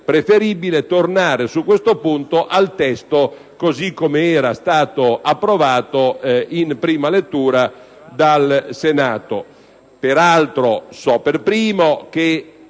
preferibile tornare al testo così com'era stato approvato in prima lettura dal Senato